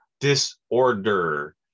disorder